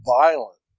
violent